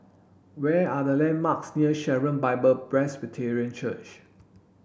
where are the landmarks near Sharon Bible Presbyterian Church